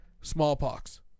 smallpox